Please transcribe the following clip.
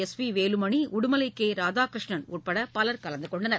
S P Velumani Udumalai K Radhakrishnan உட்பட கலந்து கொண்டனர்